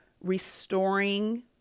restoring